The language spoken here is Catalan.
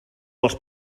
els